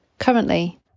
Currently